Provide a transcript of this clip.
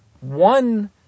one